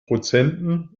prozenten